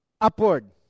upward